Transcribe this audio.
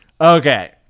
Okay